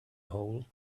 hole